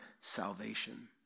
salvation